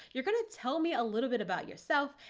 you're going to tell me a little bit about yourself,